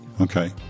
Okay